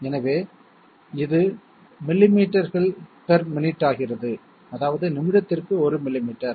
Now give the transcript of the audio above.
எனவே இது மில்லிமீட்டர்கள் பெர் மினிட் ஆகிறது அதாவது நிமிடத்திற்கு 1 மில்லிமீட்டர்